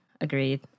agreed